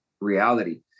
reality